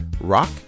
Rock